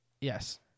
Yes